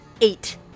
eight